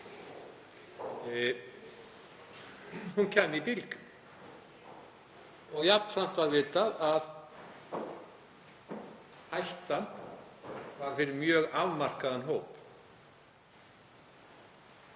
hún kæmi í bylgjum. Og jafnframt var vitað að hættan væri fyrir mjög afmarkaðan hóp.